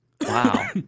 Wow